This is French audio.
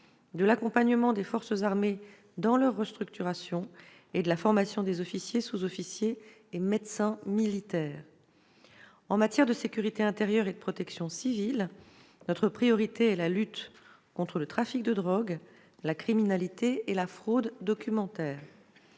l'accompagnement des forces armées dans leur restructuration et la formation des officiers, sous-officiers et médecins militaires. En matière de sécurité intérieure et de protection civile, notre priorité est la lutte contre le trafic de drogue, la criminalité et la fraude documentaire.